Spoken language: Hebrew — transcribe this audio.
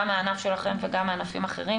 גם מהענף שלכם וגם מענפים אחרים,